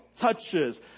touches